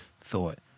thought